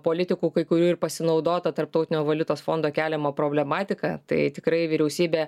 politikų kai kurių ir pasinaudota tarptautinio valiutos fondo keliama problematika tai tikrai vyriausybė